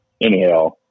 anyhow